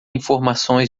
informações